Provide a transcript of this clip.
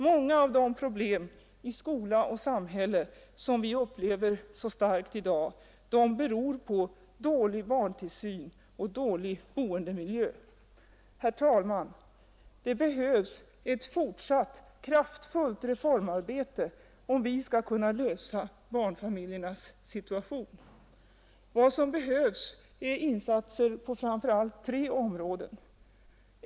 Många av de problem i skola och samhälle som vi upplever så starkt i dag beror på dålig barntillsyn och dålig bostadsmiljö. Herr talman! Det behövs ett fortsatt kraftfullt reformarbete om vi skall kunna lösa barnfamiljernas problem. Vad som behövs är insatser på framför allt tre områden. 1.